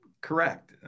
Correct